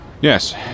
Yes